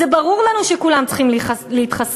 ברור לנו שכולם צריכים להתחסן,